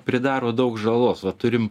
pridaro daug žalos va turim